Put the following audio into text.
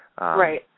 Right